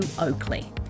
Oakley